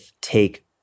take